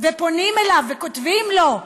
פונים אליו וכותבים לו: